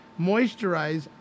moisturize